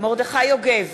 מרדכי יוגב,